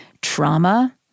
Trauma